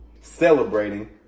celebrating